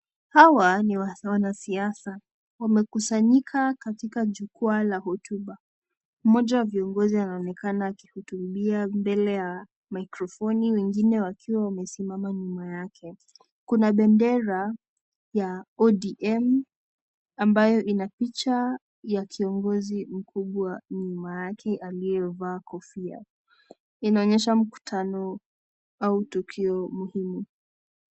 Hawa ni wanasiasa wamekusanyika katika jukwaa la hotuba, mmoja wao anaonekana akihutubia mbele ya maikrofini wengine wakiwa wamesimama nyuma yake, kuna bendera ya ODM ambayo inaficha ya kiongozi mkubwa nyuma yake aliyevaa kofia, inaonyehsa mkutano au tukio muhimu.